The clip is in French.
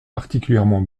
particulièrement